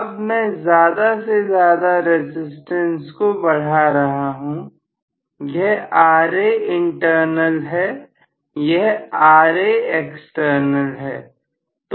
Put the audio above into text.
अब मैं ज्यादा से ज्यादा रसिस्टेंस को बढ़ा रहा हूं यह Raint है यह Raext है